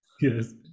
Yes